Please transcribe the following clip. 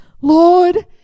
Lord